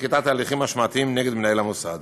נקיטת הליכים משמעתיים נגד מנהל המוסד,